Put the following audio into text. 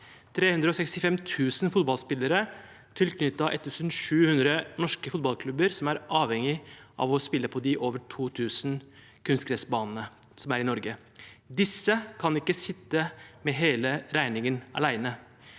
365 000 fotballspillere tilknyttet 1 700 norske fotballklubber som er avhengige av å spille på de over 2 000 kunstgressbanene som er i Norge. Disse kan ikke sitte med hele regningen alene.